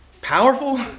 powerful